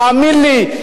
תאמין לי,